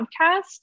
podcast